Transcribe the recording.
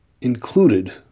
included